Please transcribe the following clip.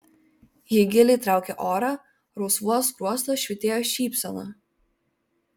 ji giliai traukė orą rausvuos skruostuos švytėjo šypsena